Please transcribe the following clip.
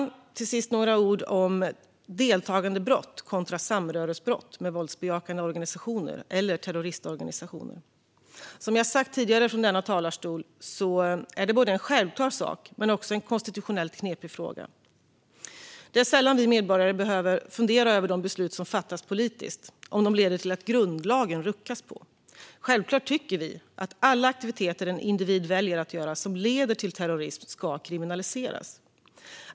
Till sist vill jag säga några ord om deltagandebrott kontra samröresbrott med våldsbejakande organisationer eller terrororganisationer. Som jag sagt tidigare från denna talarstol är det både en självklar sak och samtidigt en konstitutionellt knepig fråga. Det är sällan vi medborgare behöver fundera över om de beslut som fattas politiskt leder till att det ruckas på grundlagen. Självklart tycker vi att alla aktiviteter en individ väljer att göra som leder till terrorism ska kriminaliseras.